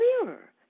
clearer